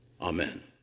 Amen